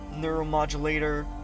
neuromodulator